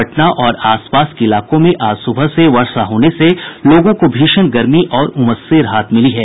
पटना और आस पास के इलाकों में आज सुबह से वर्षा होने से लोगों को भीषण गर्मी और उमस से राहत मिली है